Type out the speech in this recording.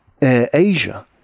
AirAsia